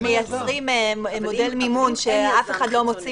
-- או כשהדיירים עצמם מייצרים מודל מימון שאף אחד לא מוציא